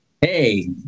Hey